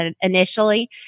initially